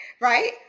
right